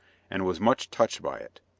and was much touched by it.